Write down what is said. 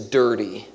dirty